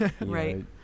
Right